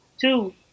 Two